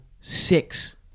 six